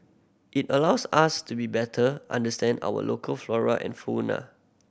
it allows us to be better understand our local flora and fauna